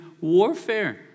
warfare